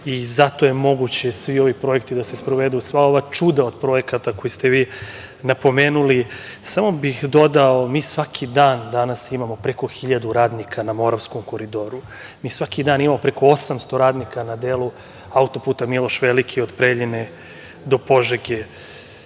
i zato je moguće da se svi ovi projekti sprovedu, sva ova čuda od projekata koja ste vi napomenuli. Samo bih dodao – mi svaki dan danas imamo preko 1.000 radnika na Moravskom koridoru. Mi svaki dan imamo preko 800 radnika na delu auto-puta „Miloš veliki“ od Preljine do Požege. Vi